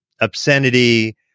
obscenity